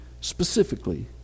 specifically